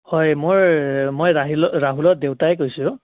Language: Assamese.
হয় মই মই ৰাহিলৰ ৰাহুলৰ দেউতাই কৈছোঁ